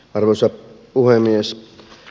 arvoisa puhemies